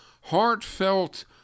heartfelt